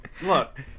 Look